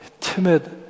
timid